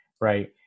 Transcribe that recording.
Right